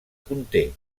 conté